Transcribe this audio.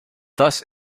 thus